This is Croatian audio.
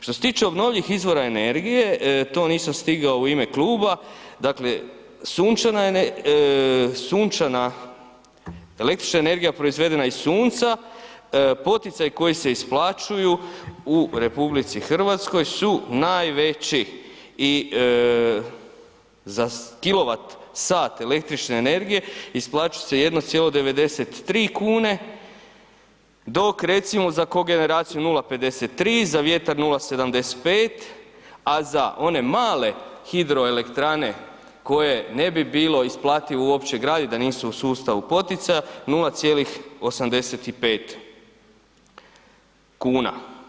Što se tiče obnovljivih izvora energije, to nisam stigao u ime kluba, dakle sunčana, električna energija proizvedena iz sunca, poticaji koji se isplaćuju u RH su najveći i za kilovatsat električne energije isplaćuje se 1,93 kune dok recimo za kogeneraciju 0,53, za vjertar 0,75 a za one male hidroelektrane koje ne bi bilo isplativo uopće graditi da nisu u sustavu poticaja 0,85 kuna.